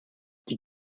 die